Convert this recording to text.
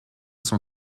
son